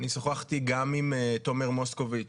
אני שוחחתי גם עם תומר מוסקוביץ',